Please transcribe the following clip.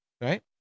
right